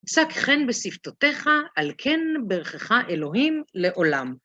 הוצק חן בשפתותיך, על כן ברכך אלוהים לעולם.